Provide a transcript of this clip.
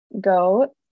go